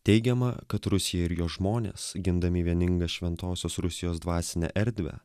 teigiama kad rusija ir jos žmonės gindami vieningą šventosios rusijos dvasinę erdvę